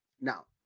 now